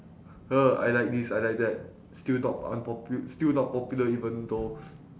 ugh I like this I like that still thought unpopu~ still not popular even though